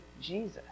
Jesus